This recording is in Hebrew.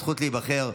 הזכות להיבחר)